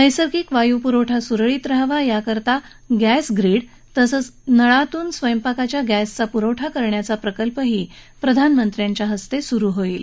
नैसर्गिक वायू पुरवठा सुरळीत रहावा याकरता गॅस ग्रिड तसंच नळातून स्वयंपाकाच्या गॅसपुरवठा करण्याचा प्रकल्पही प्रधानमंत्री सुरु करतील